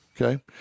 Okay